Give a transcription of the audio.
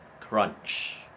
crunch